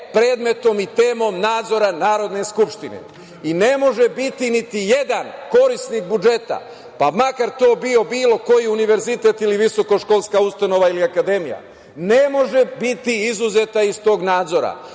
predmetom i temom nadzora Narodne skupštine. Ne može biti niti jedan korisnik budžeta pa makar to bio bilo koji univerzitet ili visokoškolska ustanova ili akademija, ne može biti izuzeta iz tog nadzora.